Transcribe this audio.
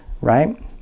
right